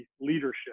leadership